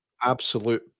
absolute